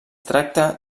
tracta